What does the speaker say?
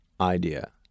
idea